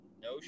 No